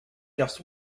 just